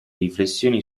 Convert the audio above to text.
riflessioni